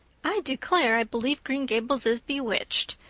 i declare i believe green gables is bewitched.